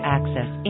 Access